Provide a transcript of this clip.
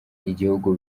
igihugu